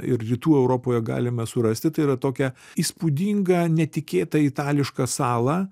ir rytų europoje galime surasti tai yra tokią įspūdingą netikėtą itališką salą